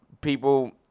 people